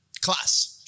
class-